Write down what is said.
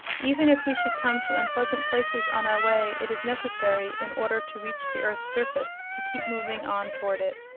even if we should come to unpleasant places on our way it is necessary, in order to reach the earth's surface, to keep moving on toward it.